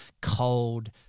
cold